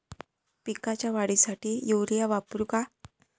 पिकाच्या वाढीसाठी युरिया वापरू का?